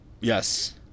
Yes